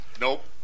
Nope